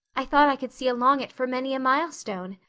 i thought i could see along it for many a milestone.